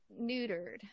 neutered